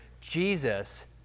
Jesus